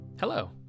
Hello